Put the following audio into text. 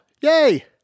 Yay